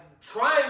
trying